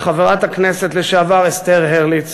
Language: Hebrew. וחברת הכנסת לשעבר אסתר הרליץ,